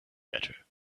better